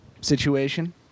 situation